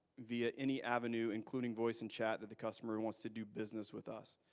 via any avenue, including voice and chat that the customer wants to do business with us.